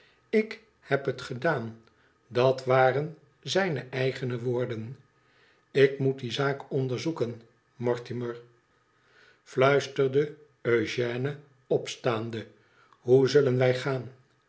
ik heb het gedaan dat waren zijne eigene woorden ik moet die zaak onderzoeken mortimer fluisterde eugène opstaande hoe zullen wij gaan